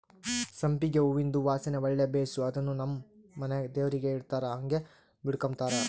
ಸಂಪಿಗೆ ಹೂವಿಂದು ವಾಸನೆ ಒಳ್ಳೆ ಬೇಸು ಅದುನ್ನು ನಮ್ ಮನೆಗ ದೇವರಿಗೆ ಇಡತ್ತಾರ ಹಂಗೆ ಮುಡುಕಂಬತಾರ